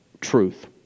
truth